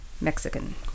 Mexican